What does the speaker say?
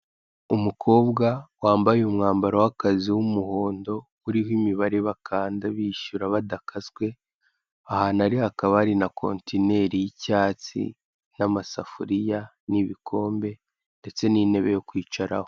Umukobwa wambaye umwambaro w'akazi, w'umuhondo, uriho imibare bakanda bishyura, badakaswe, ahantu ari hakaba hari na kontineri y'icyatsi, n'amasafuriya, n'ibikombe, ndetse n'intebe yo kwicaraho.